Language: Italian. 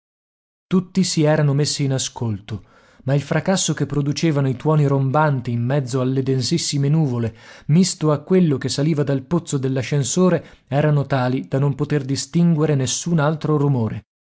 tutti si erano messi in ascolto ma il fracasso che producevano i tuoni rombanti in mezzo alle densissime nuvole misto a quello che saliva dal pozzo dell'ascensore erano tali da non poter distinguere nessun altro rumore